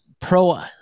pro